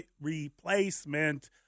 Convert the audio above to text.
replacement